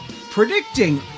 Predicting